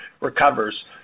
recovers